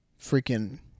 freaking